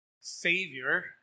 Savior